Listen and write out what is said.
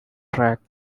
track